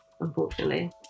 unfortunately